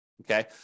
Okay